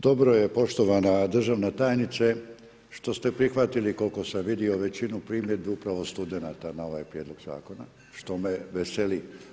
Dobro je poštovana državna tajnice što ste prihvatili, koliko sam vidio, većinu primjedbi upravo studenata na ovaj prijedlog zakona što me veseli.